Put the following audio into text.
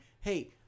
Hey